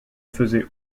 faisait